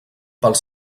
pels